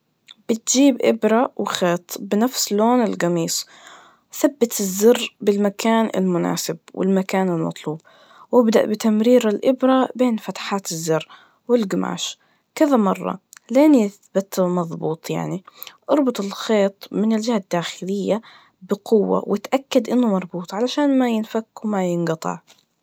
بتجيب إبرة وخيط بنفس لون القميص, ثبت الزر بالمكان المناسب, والمكان المطلوب, وابدأ بتمرير الإبرة بين فتحات الزروالقماش كذا مرة, لين يثبت مظبوط يعني, أربط الخيط ممن الجهة الداخلية بقوة, واتأكد إنه مربوط, عشان ما ينفك وما ينقطع.